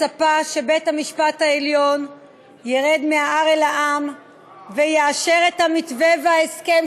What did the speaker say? אני מצפה שבית-המשפט העליון ירד מההר אל העם ויאשר את המתווה וההסכם